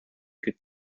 could